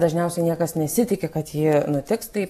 dažniausiai niekas nesitiki kad ji nutiks taip